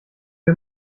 wir